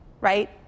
right